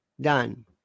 done